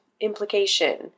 implication